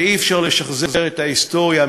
ואי-אפשר לשחזר את ההיסטוריה,